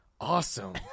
Awesome